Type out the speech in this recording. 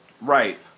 Right